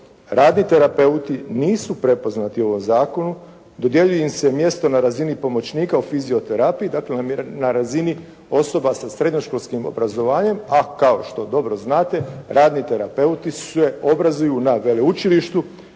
radni terapeuti nisu prepoznati u ovom zakonu. Dodjeljuje im se mjesto na razini pomoćnika u fizioterapiji dakle na razini osoba sa srednjoškolskim obrazovanjem a kao što dobro znate radni terapeuti se obrazuju na veleučilištu